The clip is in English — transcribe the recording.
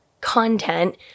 content